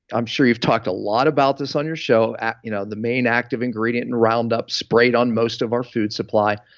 i'm sure you've talked a lot about this on your show, you know the main active ingredient, in roundout sprayed on most of our food supply.